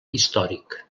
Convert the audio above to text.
històric